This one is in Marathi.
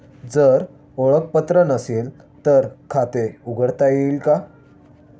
जर ओळखपत्र नसेल तर खाते उघडता येईल का?